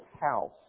house